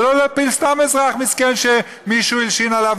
ולא להפיל סתם אזרח מסכן שמישהו הלשין עליו,